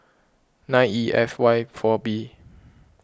nine E F Y four B